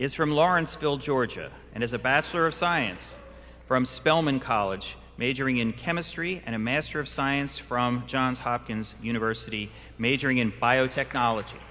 from lawrenceville georgia and is a bachelor of science from spelman college majoring in chemistry and a master of science from johns hopkins university majoring in biotechnology